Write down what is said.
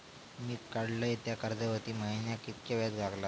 मी काडलय त्या कर्जावरती महिन्याक कीतक्या व्याज लागला?